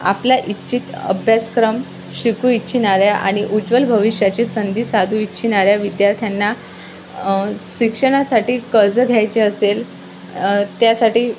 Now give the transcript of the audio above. आपला इच्छित अभ्यासक्रम शिकू इच्छिणाऱ्या आणि उज्ज्वल भविष्याची संधी साधू इच्छिणाऱ्या विद्यार्थ्यांना शिक्षणासाठी कर्ज घ्यायचे असेल त्यासाठी